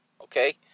okay